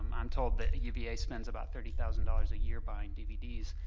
um i'm told that uva spends about thirty thousand dollars a year buying dvds.